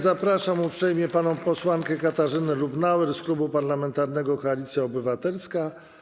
Zapraszam uprzejmie panią posłankę Katarzynę Lubnauer z Klubu Parlamentarnego Koalicja Obywatelska.